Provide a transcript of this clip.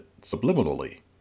subliminally